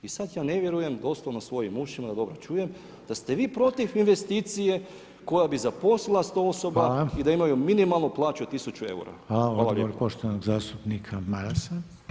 I sad ja ne vjerujem doslovno svojim ušima da dobro čujem, da ste vi protiv investicije koja bi zaposlila 100 osoba i da imaju minimalno plaću 1000 eura.